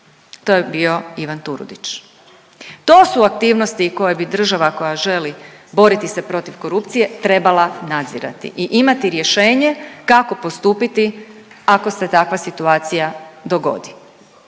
To je bio Ivan Turudić. To su aktivnosti koje bi država koja želi boriti se protiv korupcije trebala nadzirati i imati rješenje kako postupiti ako se takva situacija dogodi.